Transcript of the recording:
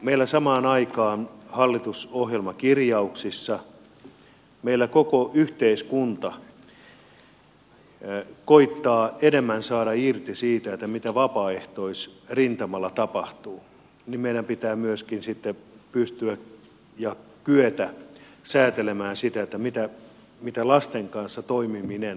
meillä samaan aikaan hallitusohjelmakirjauksissa meillä koko yhteiskunnassa koetetaan enemmän saada irti siitä mitä vapaaehtoisrintamalla tapahtuu ja meidän pitää myöskin sitten pystyä ja kyetä säätelemään sitä mitä lasten kanssa toimiminen tarkoittaa